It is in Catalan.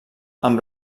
amb